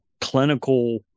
clinical